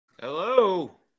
Hello